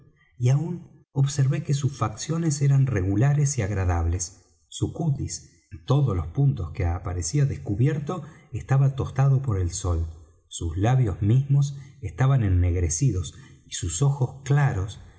y aun observé que sus facciones eran regulares y agradables su cutis en todos los puntos que aparecía descubierto estaba tostado por el sol sus labios mismos estaban ennegrecidos y sus ojos claros